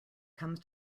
comes